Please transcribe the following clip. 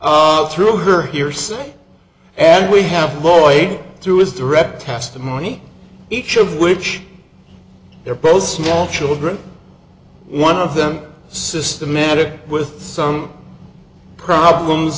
honest through her hearsay and we have boy through his direct testimony each of which they're both small children one of them systematic with some problems